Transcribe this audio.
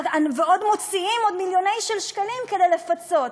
ועוד מוציאים עוד מיליוני שקלים כדי לפצות.